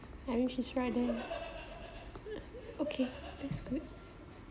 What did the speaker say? I mean she's right there okay that's good